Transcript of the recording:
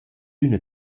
üna